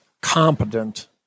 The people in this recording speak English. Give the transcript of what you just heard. competent